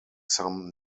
some